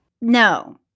No